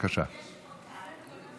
אין מתנגדים,